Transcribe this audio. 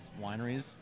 wineries